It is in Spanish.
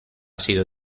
sido